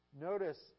Notice